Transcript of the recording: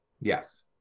Yes